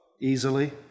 easily